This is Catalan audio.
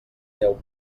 deu